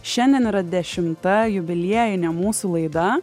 šiandien yra dešimta jubiliejinė mūsų laida